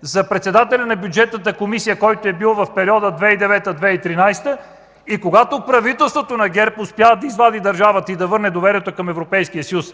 за председателя на Бюджетната комисия, който е бил в периода 2009-2013 г., и когато правителството на ГЕРБ успя да извади държавата и да върне доверието към Европейския съюз?